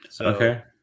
okay